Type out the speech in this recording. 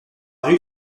rue